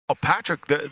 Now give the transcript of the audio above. Patrick